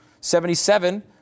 Seventy-seven